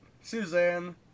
Suzanne